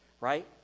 right